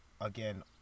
again